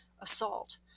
assault